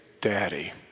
Daddy